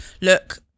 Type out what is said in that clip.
look